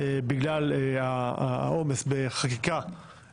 בגלל העומס בחקיקה